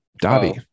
dobby